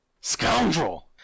Scoundrel